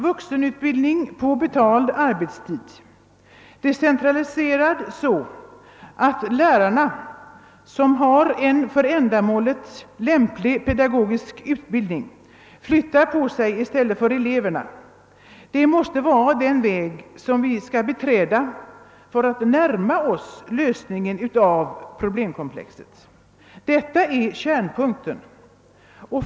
Vuxenutbildning på betald arbetstid, decentraliserad så att lärare som har en för ändamålet lämlig pedagogisk utbildning flyttar på sig i stället för eleverna — det måste vara den väg som vi skall beträda för att närma oss lösningen av problemkomplexet. Detta är kärnpunkten.